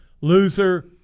Loser